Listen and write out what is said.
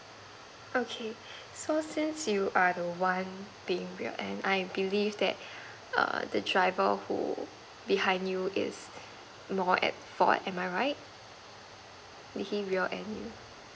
okay so since you are the one being rear end I believe that err the driver who behind you is more at fault am I right who hit rear end you